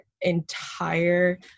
entire